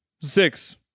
Six